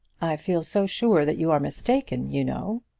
i feel so sure that you are mistaken, you know.